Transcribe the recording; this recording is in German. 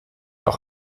auch